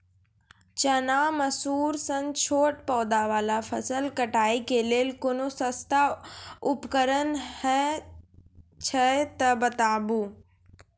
चना, मसूर सन छोट पौधा वाला फसल कटाई के लेल कूनू सस्ता उपकरण हे छै तऽ बताऊ?